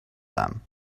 them